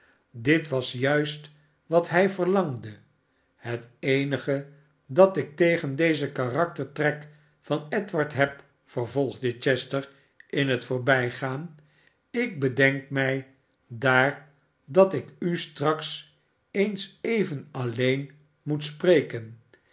dit was juist wat hij verlangde het eenige dat ik tegen dezen karaktertrek van edward heb vervolgde chester in het voorbijgaan ik bedenk mij daar datikustraks eens even all een moet spreken